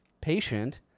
patient